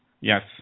Yes